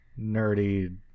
nerdy